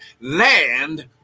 Land